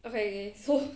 okay okay so